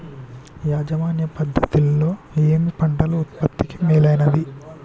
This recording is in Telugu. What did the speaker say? యాజమాన్య పద్ధతు లలో ఏయే పంటలు ఉత్పత్తికి మేలైనవి?